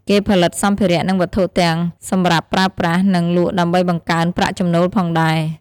គេផលិតសម្ផារៈនិងវត្ថុទាំងសម្រាប់ប្រើប្រាសនិងលក់ដើម្បីបង្កើនប្រាក់ចំណូលផងដែរ។